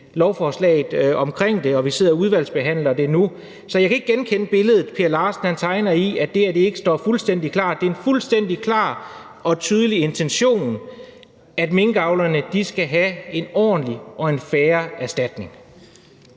lovforslaget omkring det, og vi sidder og udvalgsbehandler det nu. Så jeg kan ikke genkende det billede, hr. Per Larsen tegner, altså at det her ikke skulle stå fuldstændig klart. Det er en fuldstændig klar og tydelig intention, at minkavlerne skal have en ordentlig og en fair erstatning.